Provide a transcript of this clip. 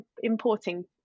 importing